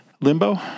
limbo